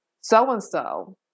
so-and-so